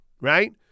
right